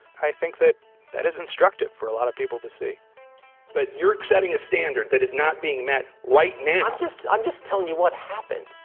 i think that that is instructive for a lot of people to see but you're setting a standard that is not being met. right now i'm just i'm just telling you what happened.